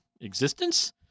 existence